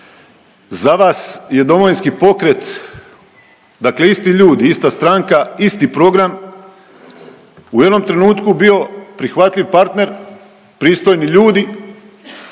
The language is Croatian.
za vas je Domovinski pokret dakle isti ljudi, ista stranka, isti program u jednom trenutku bio prihvatljiv partner, pristojni ljudi